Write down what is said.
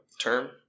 Term